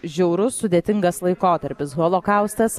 žiaurus sudėtingas laikotarpis holokaustas